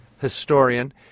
historian